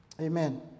Amen